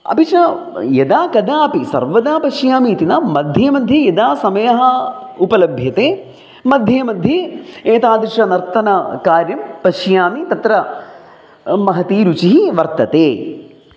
अपि च यदा कदापि सर्वदा पश्यामि इति न मध्ये मध्ये यदा समयः उपलभ्यते मध्ये मध्ये एतादृशं नर्तनकार्यं पश्यामि तत्र महती रुचिः वर्तते